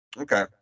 Okay